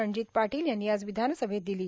रणजित पाटील यांनी आज विधानसभेत दिली